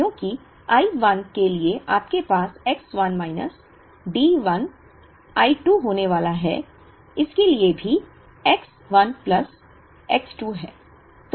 क्योंकि I 1 के लिए आपके पास X 1 माइनस D 1 I 2 होने वाला है इसके लिए भी X 1 प्लस X 2 है